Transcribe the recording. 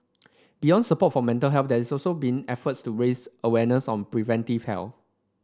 beyond support for mental have there also been efforts to raise awareness on preventive health